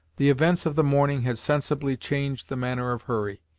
the events of the morning had sensibly changed the manner of hurry.